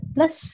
Plus